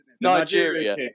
Nigeria